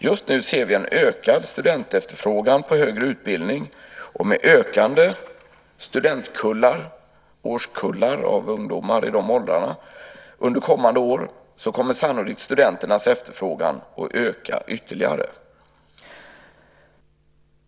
Just nu ser vi en ökad studentefterfrågan på högre utbildning, och med ökande studentkullar, årskullar, under kommande år kommer sannolikt studenternas efterfrågan att öka ytterligare.